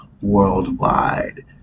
worldwide